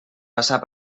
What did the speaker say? passa